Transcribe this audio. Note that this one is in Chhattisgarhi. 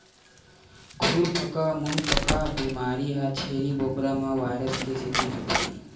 खुरपका मुंहपका बेमारी ह छेरी बोकरा म वायरस के सेती होथे